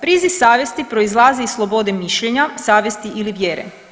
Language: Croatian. Priziv savjesti proizlazi iz slobode mišljenja, savjesti ili vjere.